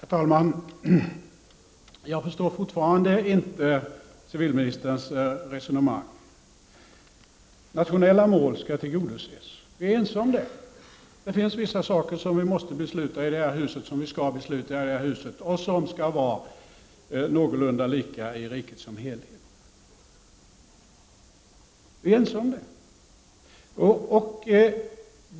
Herr talman! Jag förstår fortfarande inte civilministerns resonemang. Nationella mål skall tillgodoses. Vi är ense om det. Det finns vissa saker som vi måste besluta om i detta hus, som vi skall besluta om här och som skall vara någorlunda lika i riket som helhet. Vi är ense om det.